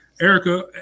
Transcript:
Erica